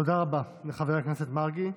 תודה רבה לחבר הכנסת מרגי.